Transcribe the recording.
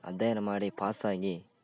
ಅಧ್ಯಯನ ಮಾಡಿ ಪಾಸ್ ಆಗಿ